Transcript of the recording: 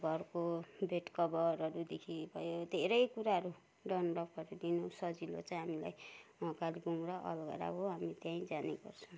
अब घरको बेडकभरहरूदेखि भयो धेरै कुुराहरू डनलपहरू लिनु सजिलो चाहिँ हामीलाई कालेबुङ र अलगढा हो हामी त्यहीँ जाने गर्छौँ